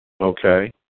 Okay